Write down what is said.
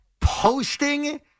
posting